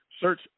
Search